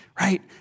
right